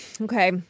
Okay